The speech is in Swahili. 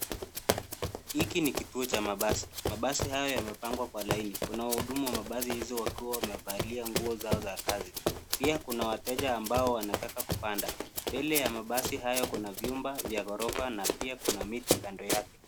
Hiki ni kituo cha mabasi. Mabasi hayo yamepangwa kwa laini kuna wahudumu wa mabasi hizo wakiwa wamevalia nguo zao za kazi pia kuna wateja ambao wanataka kupanda. Mbele ya mabasi hayo kuna vyumba vya ghorofa na pia kuna miti kando yake.